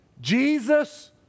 Jesus